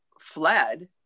fled